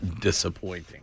disappointing